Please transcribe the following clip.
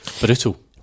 brutal